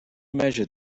measure